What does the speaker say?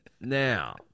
Now